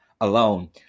alone